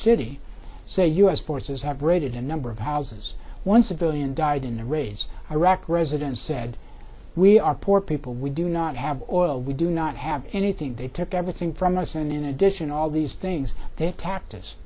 city so u s forces have raided a number of houses once a billion died in the raids iraq residents said we are poor people we do not have oil we do not have anything they took everything from us and in addition all these things they attacked us